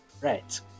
right